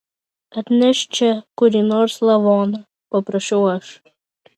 atnešk čia kurį nors lavoną paprašiau aš